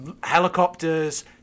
helicopters